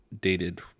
dated